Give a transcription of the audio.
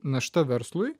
našta verslui